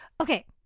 okay